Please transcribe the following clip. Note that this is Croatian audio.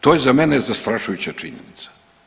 To je za mene zastrašujuća činjenica.